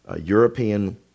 European